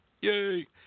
yay